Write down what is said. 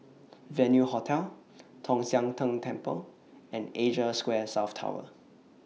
Venue Hotel Tong Sian Tng Temple and Asia Square South Tower